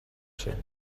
cent